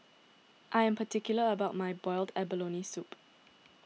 I am particular about my Boiled Abalone Soup